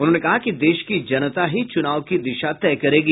उन्होंने कहा कि देश की जनता ही चुनाव की दिशा तय करेगी